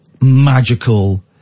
magical